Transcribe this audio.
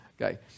okay